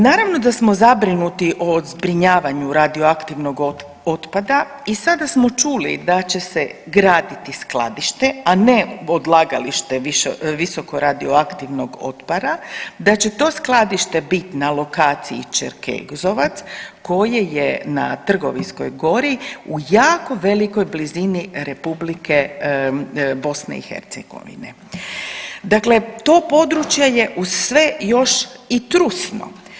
Naravno da smo zabrinuti o zbrinjavanju radioaktivnog otpada i sada smo čuli da će se graditi skladište, a ne odlagalište visokoradioaktivnog otpada, da će to skladište bit na lokaciji Čerkezovac koje je na Trgovinskoj gori u jako velikoj blizini Republike BiH, dakle to područje je uz sve još i trusno.